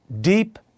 deep